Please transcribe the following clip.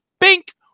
Bink